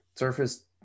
surface